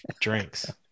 drinks